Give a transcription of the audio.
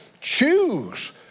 Choose